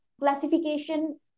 classification